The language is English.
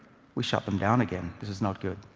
we shut them down again. this is not good.